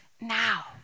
now